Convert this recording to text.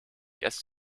erst